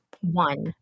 one